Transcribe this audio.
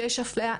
שיש אפליה,